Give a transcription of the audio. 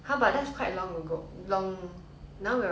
that's two whole months plus plus away